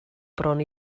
bron